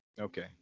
Okay